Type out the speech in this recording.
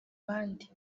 bandi